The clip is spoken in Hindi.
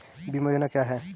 बीमा योजना क्या है?